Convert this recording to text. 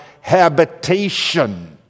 habitation